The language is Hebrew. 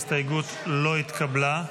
ההסתייגות לא התקבלה.